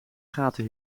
gaten